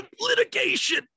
litigation